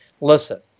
listen